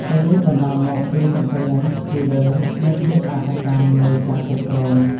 ទាំងនេះបណ្ដាលមកពីសង្គ្រាមស៊ីវិល និងភាពអសកម្មនៃការគ្រប់គ្រង។